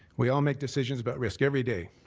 we all make decisions about risk every day.